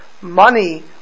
money